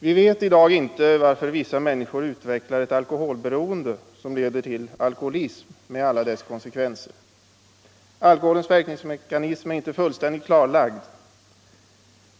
Vi vet i dag inte varför vissa människor utvecklar ett alkoholberoende som leder till alkoholism med alla dess konsekvenser. Alkoholens verkningsmekanism är inte fullständigt klarlagd.